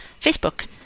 Facebook